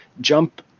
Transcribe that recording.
jump